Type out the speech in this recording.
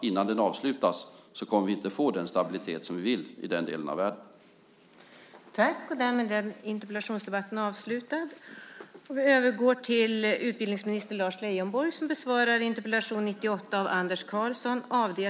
Innan den avslutas kommer vi inte att få den stabilitet som vi vill ha i den delen av världen.